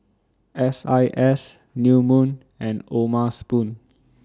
S I S New Moon and O'ma Spoon